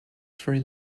sri